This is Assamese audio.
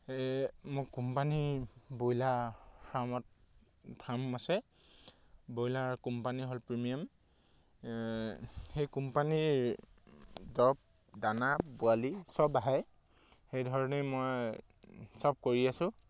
এই মোক কোম্পানীৰ ব্ৰইলাৰ ফাৰ্মত ফাৰ্ম আছে ব্ৰইলাৰ কোম্পানী হ'ল প্ৰিমিয়াম সেই কোম্পানীৰ দৰৱ দানা পোৱালি চব আহেই সেইধৰণেই মই চব কৰি আছোঁ